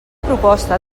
proposta